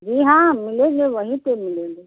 जी हाँ मिलेंगे वहीं पर मिलेंगे